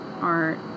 art